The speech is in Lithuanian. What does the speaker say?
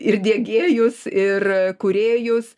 ir diegėjus ir kūrėjus